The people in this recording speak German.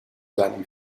seinem